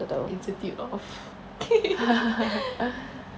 it's a tip off